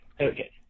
Okay